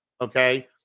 okay